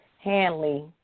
Hanley